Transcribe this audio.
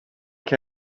kan